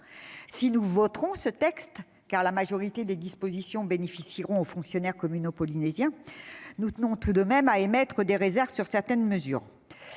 en faveur de ce texte, car la majorité de ses dispositions bénéficieront aux fonctionnaires communaux polynésiens, mais nous tenons tout de même à émettre des réserves sur certaines mesures.